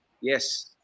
yes